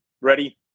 Ready